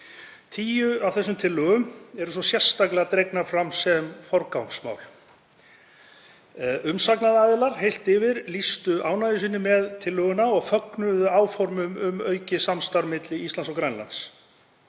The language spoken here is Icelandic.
Tíu af þessum tillögum eru svo sérstaklega dregnar fram sem forgangsmál. Umsagnaraðilar lýstu heilt yfir ánægju sinni með tillöguna og fögnuðu áformum um aukið samstarf milli Íslands og Grænlands.